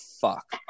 fuck